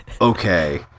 okay